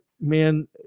man